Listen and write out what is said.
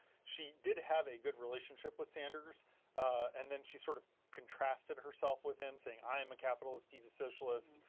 she did have a good relationship with sanders and then she sort of contrasted herself with him saying i am a capitalist, he is a socialist.